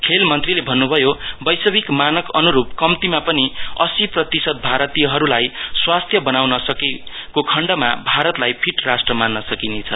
खेल मन्त्रीले भन्नुभयो वैश्किक मानक अनुरुप कम्तीमा पनि अस्सी प्रतिशत भारतीयहरुलाई सुस्वस्थ बनाउन सकेको खण्डमा भारतलाई फिट राष्ट्र मान्न सकिन्छ